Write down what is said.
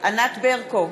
ענת ברקו?